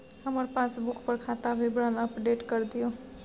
हमर पासबुक पर खाता विवरण अपडेट कर दियो